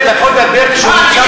בבקשה.